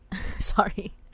sorry